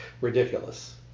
ridiculous